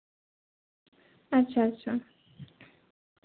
ᱟᱪᱪᱷᱟᱼᱟᱪᱪᱷᱟ